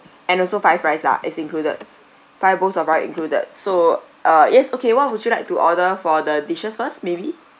and also five rice lah is included five bowls of rice included so uh yes okay what would you like to order for the dishes first maybe